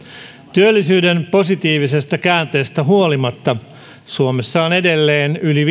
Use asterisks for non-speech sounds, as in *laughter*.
työllisyyden positiivisesta käänteestä huolimatta suomessa on edelleen yli *unintelligible*